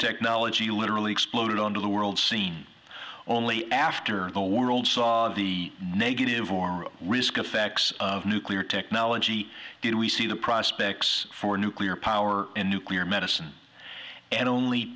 technology literally exploded onto the world scene only after the world saw the negative or risk affects of nuclear technology did we see the prospects for nuclear power in nuclear medicine and only